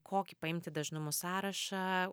kokį paimti dažnumų sąrašą